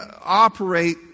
operate